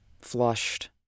flushed